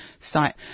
site